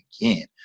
again